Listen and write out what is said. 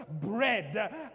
bread